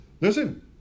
listen